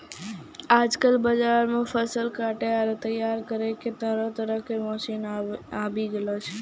आजकल बाजार मॅ फसल काटै आरो तैयार करै के तरह तरह के मशीन आबी गेलो छै